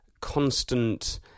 constant